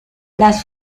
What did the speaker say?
las